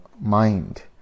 mind